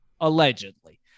allegedly